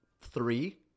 three